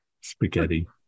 spaghetti